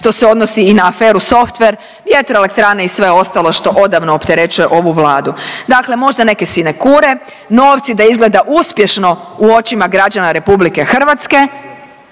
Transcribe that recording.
što se odnosi i na aferu softver, vjetroelektrane i sve ostalo što odavno opterećuje ovu Vladu. Dakle, možda neke sinekure, novci da izgleda uspješno u očima građana RH, a